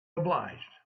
obliged